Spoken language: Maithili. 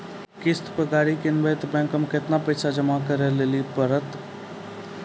कर्जा पर गाड़ी किनबै तऽ बैंक मे केतना पैसा जमा करे लेली पड़त?